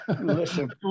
Listen